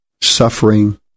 suffering